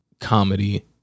comedy